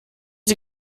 sie